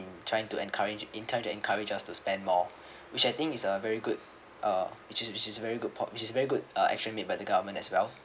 trying to encourage in trying to encourage us to spend more which I think is a very good uh which is which is very good po~ which is very good uh action made by the government as well